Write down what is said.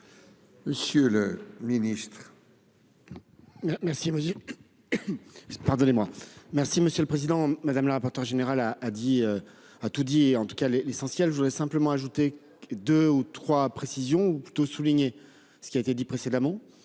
monsieur le ministre,